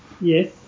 Yes